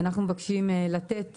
אנחנו מבקשים לתת